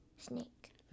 Snake